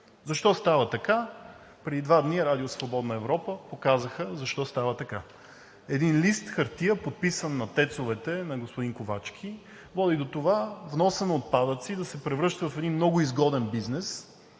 Защо става така? Преди два дни Радио „Свободна Европа“ показаха защо става така: един лист хартия, подписан за ТЕЦ-овете на господин Ковачки, води до това вносът на отпадъци да се превръща в един много изгоден бизнес,